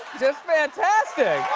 just fantastic!